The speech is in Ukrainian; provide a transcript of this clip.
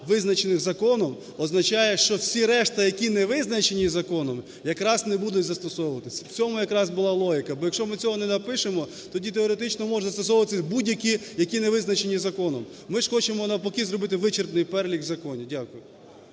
"визначені законом" означають, що всі решта, які не визначені законом, якраз не будуть застосовуватися. У цьому якраз була логіка, бо якщо ми цього не пишемо, тоді теоретично можуть застосовувати будь-які, які не визначені законом. Ми ж хочемо навпаки зробити вичерпний перелік законів. Дякую.